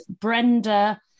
Brenda